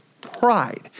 pride